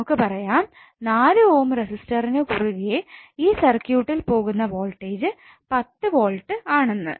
നമുക്ക് പറയാം 4 ഓം റെസിസ്റ്ററിനു കുറുകെ ഈ സർക്യൂട്ടിൽ പോകുന്ന വോൾട്ടേജ് 10 വോൾട്ട് ആണെന്ന്